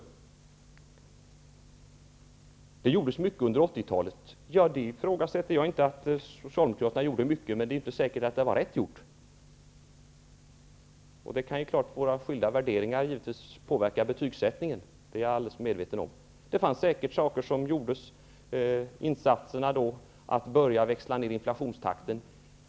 Ingela Thalén säger att mycket gjordes under 80 talet. Jag ifrågasätter inte att Socialdemokraterna gjorde mycket, men det är ju inte säkert att vad de gjorde var rätt. Våra skilda värderingar kan naturligtvis påverka betygsättningen, det är jag helt medveten om. Det fanns säkert saker som gjordes, t.ex. insatserna för att börja växla ner inflationstakten.